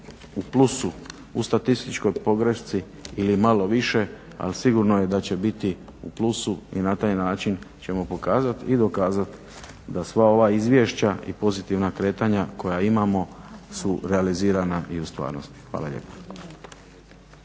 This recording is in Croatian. u plusu u statističkoj pogrešci ili malo više ali sigurno je da će biti u plusu i na taj način ćemo pokazati i dokazati da sva ova izvješća i pozitivna kretanja koja imamo su realizirana i u stvarnosti. Hvala lijepa.